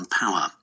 power 。